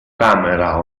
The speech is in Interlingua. camera